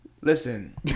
Listen